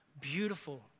beautiful